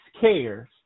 cares